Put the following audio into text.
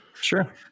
Sure